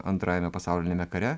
antrajame pasauliniame kare